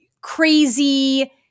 crazy